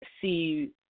See